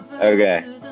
Okay